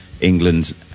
England